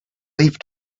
leave